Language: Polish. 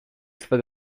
swe